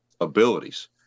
abilities